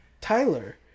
Tyler